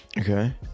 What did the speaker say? Okay